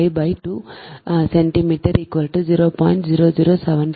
5 2 centimetre 0